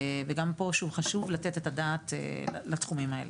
ושוב, גם פה חשוב לתת את הדעת לתחומים האלה.